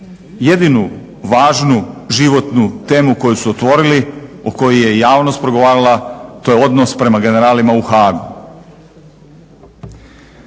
jedinu važnu životnu temu koju su otvorili o kojoj je i javnost progovarala, to je odnos prema generalima u Hagu.